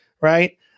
right